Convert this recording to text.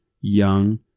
young